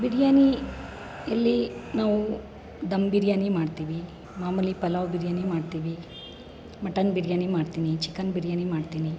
ಬಿರಿಯಾನಿಯಲ್ಲಿ ನಾವು ಧಮ್ ಬಿರಿಯಾನಿ ಮಾಡ್ತೀವಿ ಮಾಮೂಲಿ ಪಲಾವ್ ಬಿರಿಯಾನಿ ಮಾಡ್ತೀವಿ ಮಟನ್ ಬಿರಿಯಾನಿ ಮಾಡ್ತೀನಿ ಚಿಕನ್ ಬಿರಿಯಾನಿ ಮಾಡ್ತೀನಿ